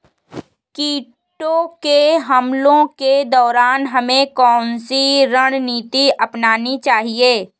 कीटों के हमलों के दौरान हमें कौन सी रणनीति अपनानी चाहिए?